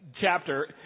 chapter